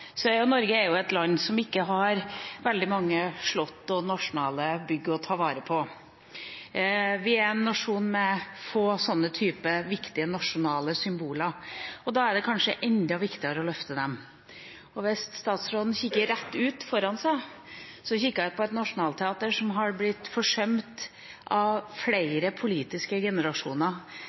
Norge er jo et land som ikke har veldig mange slott og nasjonale bygg å ta vare på, vi er en nasjon med få slike viktige nasjonale symboler – er det kanskje enda viktigere å løfte dem. Hvis statsråden kikker ut, rett foran seg, kan hun kikke på Nationaltheatret, som er blitt forsømt av flere politiske generasjoner.